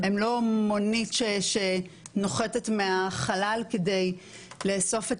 הם לא מונית שנוחתת מהחלל כדי לאסוף את